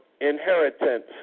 inheritance